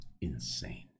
Insane